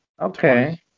Okay